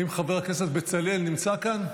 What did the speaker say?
האם חבר הכנסת בצלאל נמצא כאן?